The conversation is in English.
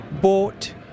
bought